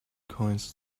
coins